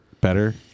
better